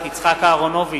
יצחק אהרונוביץ,